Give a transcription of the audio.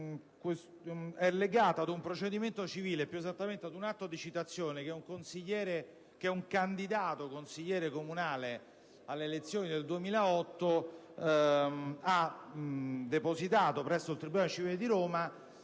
è legata ad un procedimento civile, più esattamente ad un atto di citazione che un candidato consigliere comunale alle elezioni del 2008 ha depositato presso il tribunale civile di Roma,